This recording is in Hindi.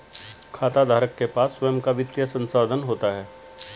खाताधारक के पास स्वंय का वित्तीय संसाधन होता है